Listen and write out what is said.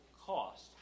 cost